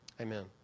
Amen